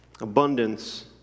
abundance